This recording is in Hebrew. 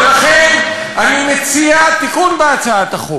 ולכן אני מציע תיקון בהצעת החוק: